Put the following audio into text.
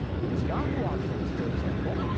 there was yahoo auctions, for example,